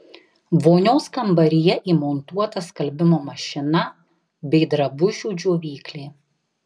vonios kambaryje įmontuota skalbimo mašina bei drabužių džiovyklė